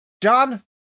John